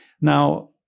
Now